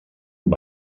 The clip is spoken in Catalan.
amb